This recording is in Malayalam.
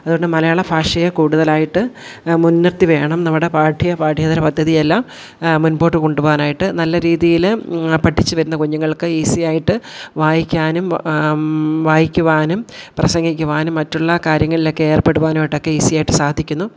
അതുകൊണ്ട് മലയാള ഭാഷയെ കൂടുതലായിട്ട് മുൻനിർത്തി വേണം നമ്മുടെ പാഠ്യ പാഠ്യേതര പദ്ധതിയെല്ലാം മുൻപോട്ട് കൊണ്ടുപോകാനായിട്ട് നല്ല രീതിയിൽ പഠിച്ചുവരുന്ന കുഞ്ഞുങ്ങൾക്ക് ഈസിയായിട്ട് വായിക്കാനും വായിക്കുവാനും പ്രസംഗിക്കുവാനും മറ്റുള്ള കാര്യങ്ങളിലൊക്കെ ഏർപ്പെടുവാനായിട്ട് ഒക്കെ ഈസിയായിട്ട് സാധിക്കുന്നു